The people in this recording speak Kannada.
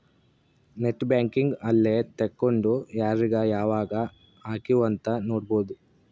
ನೆಟ್ ಬ್ಯಾಂಕಿಂಗ್ ಅಲ್ಲೆ ತೆಕ್ಕೊಂಡು ಯಾರೀಗ ಯಾವಾಗ ಹಕಿವ್ ಅಂತ ನೋಡ್ಬೊದು